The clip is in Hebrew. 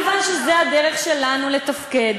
מכיוון שזו הדרך שלנו לתפקד,